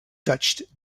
touched